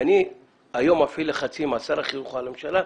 כאני היום מפעיל לחצים על שר החינוך או על הממשלה,